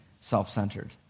self-centered